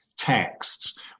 texts